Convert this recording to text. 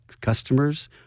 customers